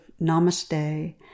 namaste